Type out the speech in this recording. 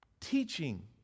Teaching